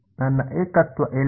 ನನ್ನ ಏಕತ್ವ ಎಲ್ಲಿದೆ